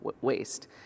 waste